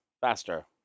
faster